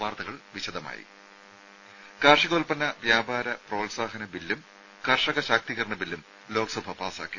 വാർത്തകൾ വിശദമായി കാർഷികോൽപ്പന്ന വ്യാപാര പ്രോത്സാഹന ബില്ലും കർഷക ശാക്തീകരണ ബില്ലും ലോക്സഭ പാസ്സാക്കി